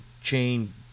chain